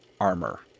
armor